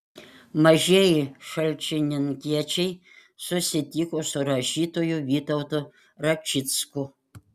mažieji šalčininkiečiai susitiko su rašytoju vytautu račicku